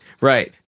Right